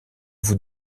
vous